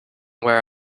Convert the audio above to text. where